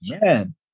man